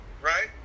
Right